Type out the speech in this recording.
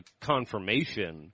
confirmation